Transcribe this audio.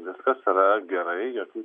viskas yra gerai jokių